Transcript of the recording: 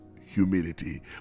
humility